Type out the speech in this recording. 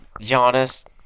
Giannis